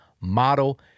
model